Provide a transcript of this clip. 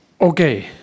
okay